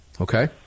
Okay